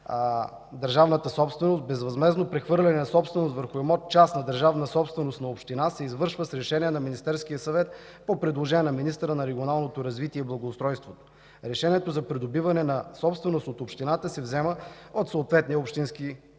държавната собственост безвъзмездно прехвърляне на собственост върху имот частна държавна собственост на община се извършва с решение на Министерския съвет по предложение на министъра на регионалното развитие и благоустройството. Решението за придобиване на собственост от общината се взема от съответния общински съвет.